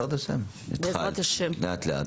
לאט לאט.